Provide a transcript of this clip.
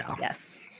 Yes